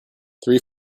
three